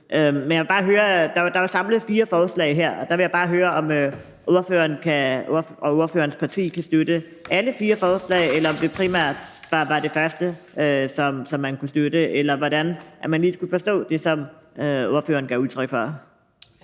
er begået. Der er jo samlet fire forslag her, og der vil jeg bare høre, om ordføreren og ordførerens parti kan støtte alle fire forslag, eller om det primært bare var det første, som man kunne støtte, eller hvordan man lige skulle forstå det, som ordføreren gav udtryk for.